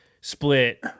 split